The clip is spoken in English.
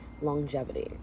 longevity